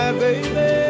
baby